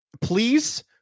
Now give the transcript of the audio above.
please